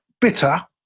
bitter